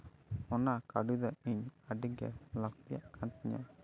ᱚᱱᱟ ᱠᱟᱹᱣᱰᱤ ᱫᱚ ᱤᱧ ᱟᱹᱰᱤᱜᱮ ᱞᱟᱹᱠᱛᱤᱭᱟᱜ ᱠᱟᱱ ᱛᱤᱧᱟᱹ